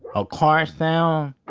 a car sound.